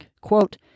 Quote